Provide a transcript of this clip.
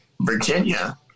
Virginia